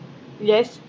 yes